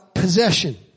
possession